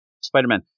spider-man